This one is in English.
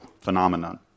phenomenon